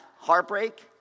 heartbreak